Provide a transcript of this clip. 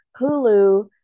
Hulu